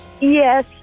Yes